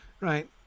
Right